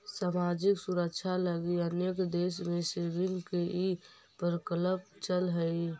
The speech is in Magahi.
सामाजिक सुरक्षा लगी अनेक देश में सेविंग्स के ई प्रकल्प चलऽ हई